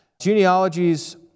Genealogies